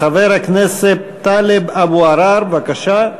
חבר הכנסת טלב אבו עראר, בבקשה.